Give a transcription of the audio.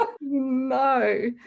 No